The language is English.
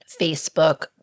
Facebook